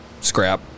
scrap